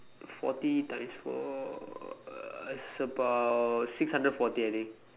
forty times four uh is about six hundred forty I think